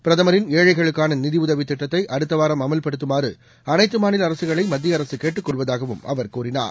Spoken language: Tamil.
பிரதமின் ஏழைகளுக்கான நிதியுதவி திட்டத்தை அடுத்தவாரம் அமல்படுத்துமாறு அனைத்து மாநில அரசுகளை மத்திய அரசு கேட்டுக் கொள்வதாகவும் அவர் கூறினார்